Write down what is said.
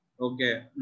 Okay